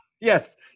Yes